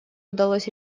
удалось